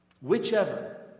Whichever